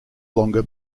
longer